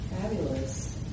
Fabulous